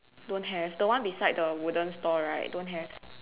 don't have the one beside the wooden store right don't have